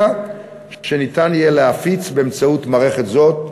שניתן יהיה להפיץ באמצעות מערכת זאת,